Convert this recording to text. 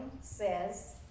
says